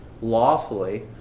lawfully